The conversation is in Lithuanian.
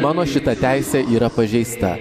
mano šita teisė yra pažeista